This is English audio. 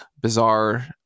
bizarre